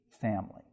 family